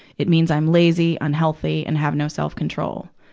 it means i'm lazy, unhealthy, and have no self-control.